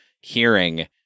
hearing